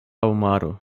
homaro